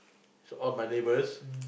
all my neighbours